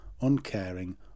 uncaring